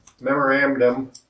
memorandum